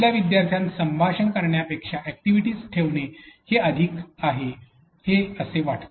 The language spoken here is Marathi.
आपल्या विद्यार्थ्यांस संभाषण करण्यापेक्षा अॅक्टिव्हीटी ठेवणे हे अधिक आहे असे वाटते